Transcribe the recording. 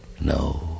no